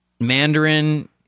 Mandarin